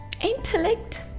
Intellect